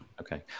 Okay